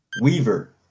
Weaver